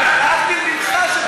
רק, בלילה, ממך, מביתם.